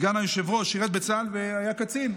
סגן היושב-ראש, שירת בצה"ל והיה קצין.